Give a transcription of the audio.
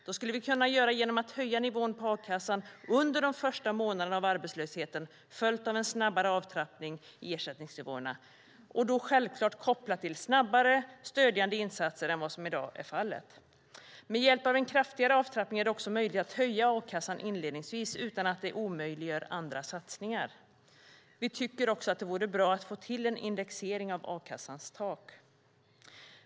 Det skulle vi kunna göra genom att höja nivån på a-kassan under de första månaderna av arbetslösheten följt av en snabbare avtrappning i ersättningsnivåerna. Detta ska självklart vara kopplat till snabbare stödjande insatser än vad som i dag är fallet. Med hjälp av en kraftigare avtrappning är det också möjligt att höja a-kassan inledningsvis utan att det omöjliggör andra satsningar. Det vore också bra att få till en indexering av a-kassans tak.